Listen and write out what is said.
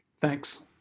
Thanks